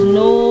no